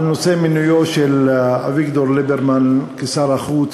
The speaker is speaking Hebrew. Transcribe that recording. על נושא מינויו של אביגדור ליברמן לשר החוץ